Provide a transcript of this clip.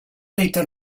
later